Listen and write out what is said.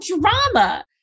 drama